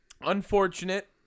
Unfortunate